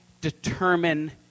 determine